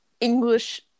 English